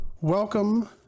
Welcome